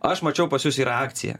aš mačiau pas jus yra akcija